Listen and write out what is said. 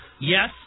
yes